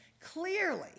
Clearly